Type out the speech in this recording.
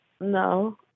No